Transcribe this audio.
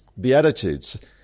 Beatitudes